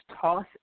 Toss